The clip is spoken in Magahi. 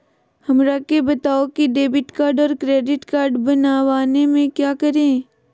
हमरा के बताओ की डेबिट कार्ड और क्रेडिट कार्ड बनवाने में क्या करें?